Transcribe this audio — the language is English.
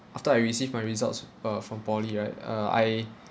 after I received my results uh from poly right uh I